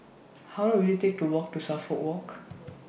How Long Will IT Take to Walk to Suffolk Walk